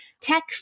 tech